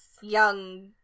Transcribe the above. Young